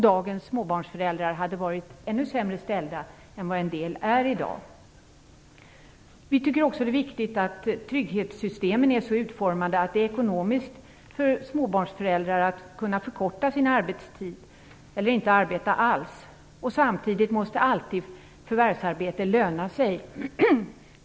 Dagens småbarnsföräldrar hade då varit ännu sämre ställda än vad en del är i dag. Vi tycker också att det är viktigt att trygghetssystemen är så utformade att det är ekonomiskt för småbarnsföräldrar att kunna förkorta sin arbetstid eller inte arbeta alls. Samtidigt måste förvärvsarbete alltid löna sig.